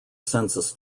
census